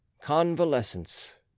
CONVALESCENCE